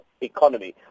economy